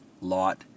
Lot